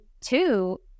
two